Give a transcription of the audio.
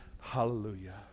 Hallelujah